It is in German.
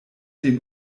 den